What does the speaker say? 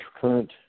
current